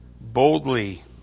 boldly